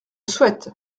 souhaite